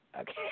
Okay